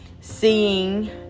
seeing